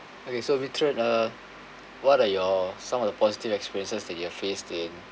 okay so we tried uh what are your some of the positive experiences that you're faced in